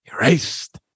erased